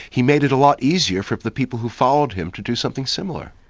he made it a lot easier for the people who followed him to do something similar.